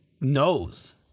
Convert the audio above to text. knows